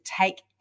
take